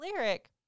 Lyric